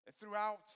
Throughout